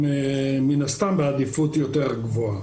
הם מן הסתם בעדיפות יותר גבוהה.